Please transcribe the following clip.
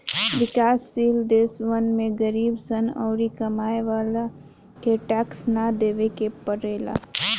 विकाश शील देशवन में गरीब सन अउरी कमाए वालन के टैक्स ना देवे के पड़ेला